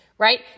right